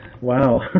wow